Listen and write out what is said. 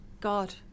God